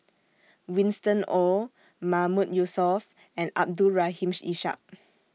Winston Oh Mahmood Yusof and Abdul Rahim Ishak